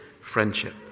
friendship